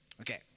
Okay